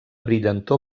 brillantor